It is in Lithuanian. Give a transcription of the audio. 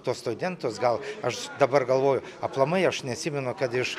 tuos studentus gal aš dabar galvoju aplamai aš neatsimenu kad iš